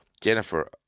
jennifer